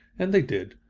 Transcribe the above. and they did.